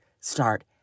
start